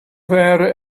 there